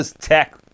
tech